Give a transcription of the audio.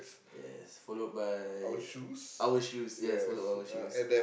yes followed by our shoes yes followed our shoes